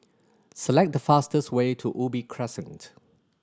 select the fastest way to Ubi Crescent